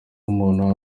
umuntu